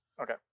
Okay